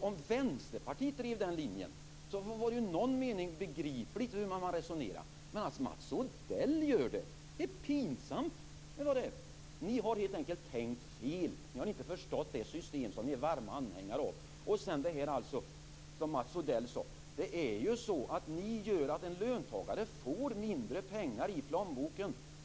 Om Vänsterpartiet drev den linjen var det i någon mening begripligt hur man har resonerat. Men det är pinsamt att Mats Odell gör det. Ni har helt enkelt tänkt fel. Ni har inte förstått det system som ni är varma anhängare av. Det är ju så att ni gör att en löntagare får mindre pengar i plånboken.